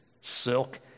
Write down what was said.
silk